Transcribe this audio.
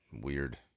Weird